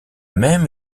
même